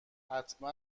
حتما